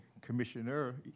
commissioner